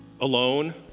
alone